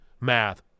Math